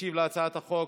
ישיב על הצעת החוק